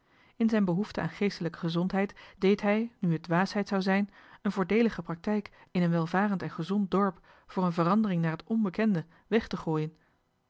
in zijn behoefte aan geestelijke gezondheid deed hij nu het dwaasheid zou zijn een voordeelige praktijk in een welvarend en gezond dorp voor een verandering johan de meester de zonde in het deftige dorp naar het onbekende weg te gooien